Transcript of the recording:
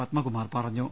പദ്മകുമാർ പറഞ്ഞു